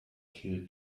teal